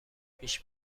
پیش